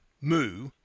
Moo